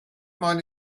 mind